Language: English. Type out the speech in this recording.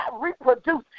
reproduce